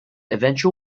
eventual